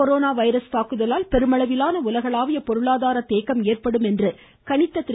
corona தாக்குதலால் பெருமளவிலான உலகளாவிய பொருளாதார தேக்கம் ஏற்படும் என்று கணித்த திரு